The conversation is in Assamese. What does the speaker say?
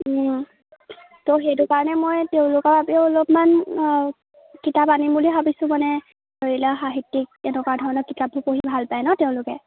তো সেইটো কাৰণে মই তেওঁলোকৰ বাবেও অলপমান কিতাপ আনিম বুলি ভাবিছোঁ মানে ধৰি লওক সাহিত্যিক এনেকুৱা ধৰণৰ কিতাপবোৰ পঢ়ি ভাল পায় ন তেওঁলোকে